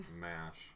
mash